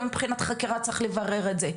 גם מבחינת חקירה צריך לברר את זה.